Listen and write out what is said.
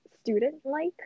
student-like